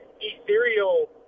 ethereal